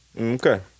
Okay